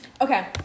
Okay